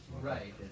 ...right